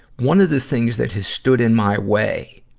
one of the things that has stood in my way